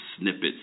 snippets